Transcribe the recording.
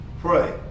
pray